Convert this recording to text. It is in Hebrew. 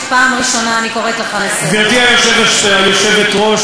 הממשלה הזו קיבלה את חוסר האמון הזה של הציבור,